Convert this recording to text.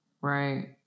Right